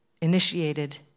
initiated